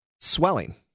swelling